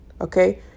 okay